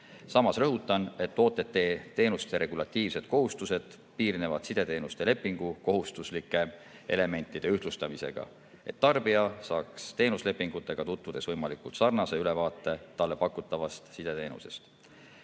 Samas rõhutan, et OTT-teenuste regulatiivsed kohustused piirnevad sideteenuste lepingu kohustuslike elementide ühtlustamisega, et tarbija saaks teenuselepingutega tutvudes võimalikult sarnase ülevaate talle pakutavast sideteenusest.